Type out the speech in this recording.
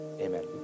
Amen